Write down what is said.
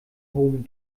hohem